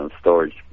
storage